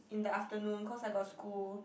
in the afternoon cause I got school